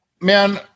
Man